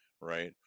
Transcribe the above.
right